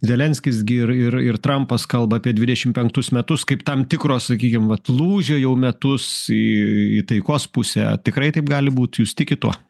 zelenskis gi ir ir ir trampas kalba apie dvidešim penktus metus kaip tam tikros sakykim vat lūžio jau metus į į taikos pusę tikrai taip gali būt jūs tikit tuo